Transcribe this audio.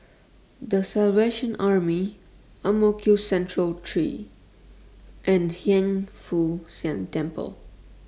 The Salvation Army Ang Mo Kio Central three and Hiang Foo Siang Temple